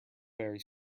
very